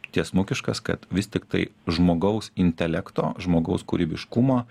tiesmukiškas kad vis tiktai žmogaus intelekto žmogaus kūrybiškumo